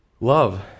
love